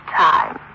time